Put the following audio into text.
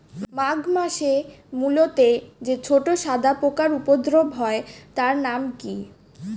মাঘ মাসে মূলোতে যে ছোট সাদা পোকার উপদ্রব হয় তার নাম কি?